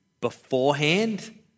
beforehand